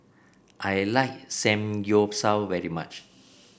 I like Samgyeopsal very much